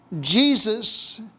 Jesus